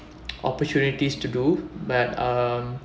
opportunities to do but uh